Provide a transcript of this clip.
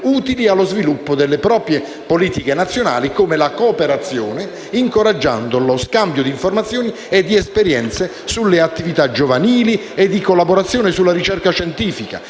utili allo sviluppo delle proprie politiche nazionali come la cooperazione, incoraggiando lo scambio di informazioni e di esperienze sulle attività giovanili e di collaborazione sulla ricerca scientifica,